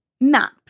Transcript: MAP